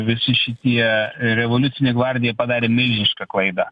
visi šitie revoliucinė gvardija padarė milžinišką klaidą